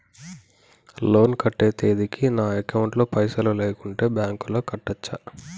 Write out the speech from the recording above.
Loan కట్టే తేదీకి నా అకౌంట్ లో పైసలు లేకుంటే బ్యాంకులో కట్టచ్చా?